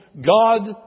God